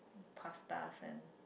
pasta and